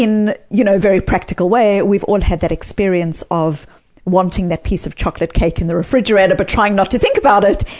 in a you know very practical way, we've all had that experience of wanting that piece of chocolate cake in the refrigerator but trying not to think about it,